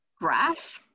grass